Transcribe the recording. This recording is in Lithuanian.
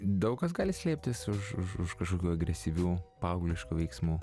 daug kas gali slėptis už už už kažkokių agresyvių paaugliškų veiksmų